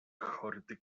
hordy